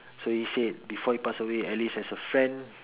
so he said before he pass away at least as a friend